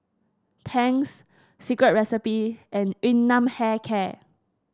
Tangs Secret Recipe and Yun Nam Hair Care